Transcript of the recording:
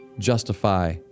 justify